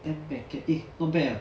ten packet eh not bad leh